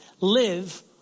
Live